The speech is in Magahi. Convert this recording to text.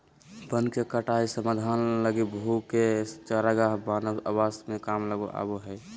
वन के कटाई समाधान लगी भूमि के चरागाह मानव आवास में काम आबो हइ